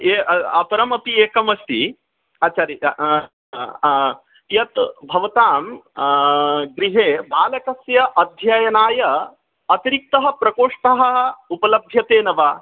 ये अपरम् अपि एकम् अस्ति आचार्याः यत् भवतां गृहे बालकस्य अध्ययनाय अतिरिक्तः प्रकोष्ठः उपलभ्यते न वा